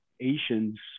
Asians